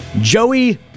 Joey